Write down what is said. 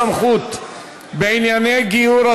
סמכות בענייני גיור),